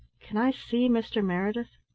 can i see mr. meredith?